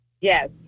Yes